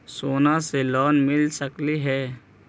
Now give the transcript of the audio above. सोना से लोन मिल सकली हे?